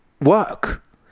work